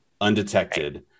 undetected